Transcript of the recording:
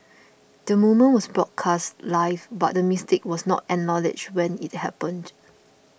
the moment was broadcast live but the mistake was not acknowledged when it happened